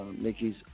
Mickey's